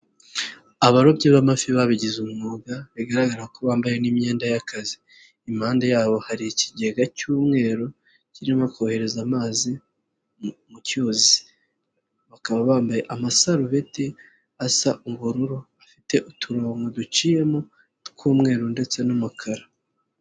Abarobyi b'amafi babigize umwuga bigaragara ko bambaye n'iyenda y'akazi, impanda yabo hari ikigega cy'umweru kirimo kohereza amazi mu cyuzi, bakaba bambaye amasarubeti asa ubururu afite uturongonko duciyemo tw'umweru ndetse n'umukara.